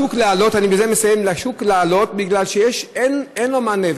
לשוק לעלות, אני בזה מסיים, כי אין לו מענה.